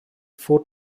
four